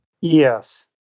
Yes